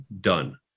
done